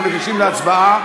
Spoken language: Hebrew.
אנחנו ניגשים להצבעה.